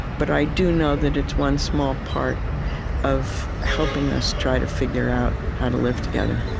but i do know that it's one small part of helping us try to figure out how to live together